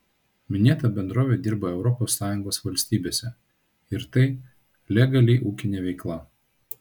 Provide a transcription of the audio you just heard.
minėta bendrovė dirba europos sąjungos valstybėse ir tai legali ūkinė veikla